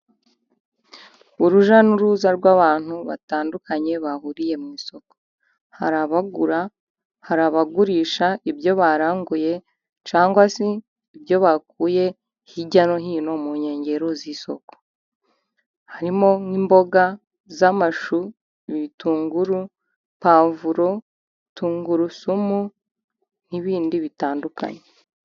Urujya n'uruza rw'abantu batandukanye bahuriye mu isoko. Hari abagura, hari abagurisha ibyo baranguye, cyangwa se ibyo bakuye hirya no hino mu nkengero z'isoko, harimo nk'imboga z'amashu, ibitunguru puwavuro, tungurusumu n'ibindi bitandukanye.